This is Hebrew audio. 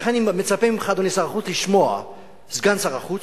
לכן אני מצפה לשמוע ממך, אדוני סגן שר החוץ,